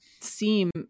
seem